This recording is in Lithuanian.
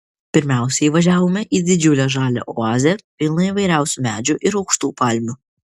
pirmiausia įvažiavome į didžiulę žalią oazę pilną įvairiausių medžių ir aukštų palmių